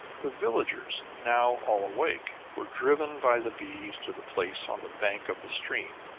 the villagers, now all awake, were driven by the bees to the place on the bank of the stream.